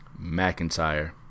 McIntyre